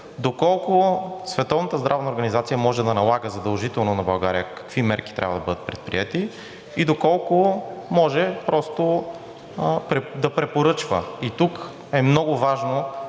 организация може да налага задължително на България какви мерки трябва да бъдат предприети? Доколко може просто да препоръчва? Тук е много важно